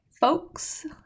folks